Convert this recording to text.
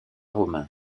romain